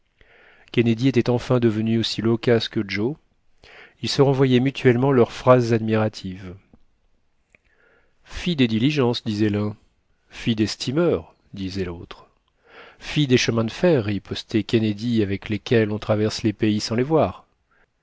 kennedy était enfin devenu aussi loquace que joe ils se renvoyaient mutuellement leurs phrases admiratives fi des diligences disait l'un fi des steamers disait l'autre fi des chemins de fer ripostait kennedy avec lesquels on traverse les pays sans les voir